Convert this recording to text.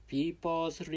People's